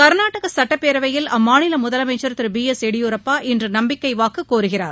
கர்நாடக சுட்டப்பேரவையில் அம்மாநில முதலமைச்சர் திரு பி எஸ் எடியூரப்பா இன்று நம்பிக்கை வாக்கு கோருகிறார்